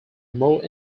more